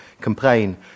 complain